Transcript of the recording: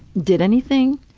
did anything.